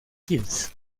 kids